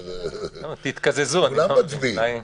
כולם מצביעים.